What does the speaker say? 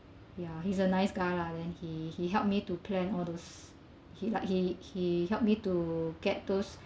ya he's a nice guy lah then he he helped me to plan all those he like he he helped me to get those